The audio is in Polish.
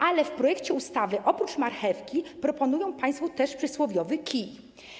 Ale w projekcie ustawy oprócz marchewki proponują państwo też przysłowiowy kij.